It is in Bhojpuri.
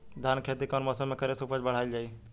धान के खेती कौन मौसम में करे से उपज बढ़ाईल जाई?